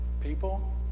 people